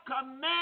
command